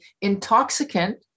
intoxicant